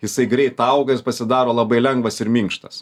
jisai greit auga jis pasidaro labai lengvas ir minkštas